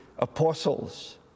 apostles